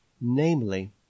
namely